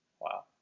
Wow